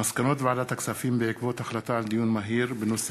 מסקנות ועדת הכספים בעקבות דיון מהיר בהצעתם